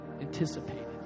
anticipated